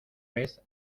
vez